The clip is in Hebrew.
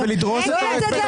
קיבלו את זמן